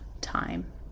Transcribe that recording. time